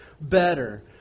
better